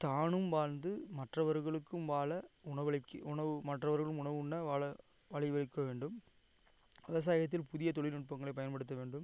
தானும் வாழ்ந்து மற்றவர்களுக்கும் வாழ உணவளிக்க உணவு மற்றவர்களும் உணவு உண்ண வாழ வழி வகுக்க வேண்டும் விவசாயத்தில் புதிய தொழில்நுட்பங்களை பயன்படுத்த வேண்டும்